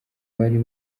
bari